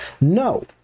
no